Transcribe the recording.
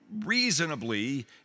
reasonably